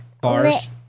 bars